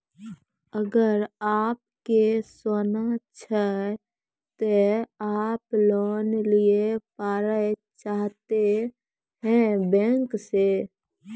अगर आप के सोना छै ते आप लोन लिए पारे चाहते हैं बैंक से?